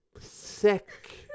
sick